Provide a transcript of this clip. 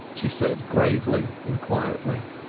she said gravely and quietly.